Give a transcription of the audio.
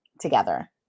together